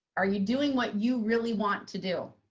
are you doing what you really want to do?